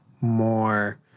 more